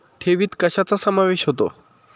ठेवीत कशाचा समावेश होतो?